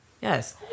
yes